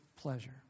pleasure